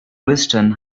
kristen